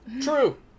True